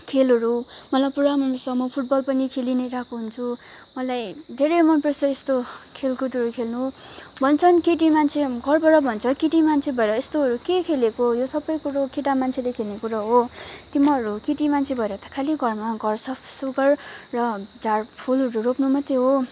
खेलहरू मलाई पुरा मनपर्छ म फुटबल पनि खेली नै रहेको हुन्छ मलाई धेरै मनपर्छ यस्तो खेलकुदहरू खेल्नु भन्छन् केटी मान्छे घरबाट भन्छ केटी मान्छे भएर यस्तोहरू के खेलेको यो सबै कुरो केटा मान्छेले खेल्ने कुरो हो तिमाहरू केटी मान्छे भएर त खालि घरमा घर साफ सुघर र झाड फुलहरू रोप्नु मात्रै हो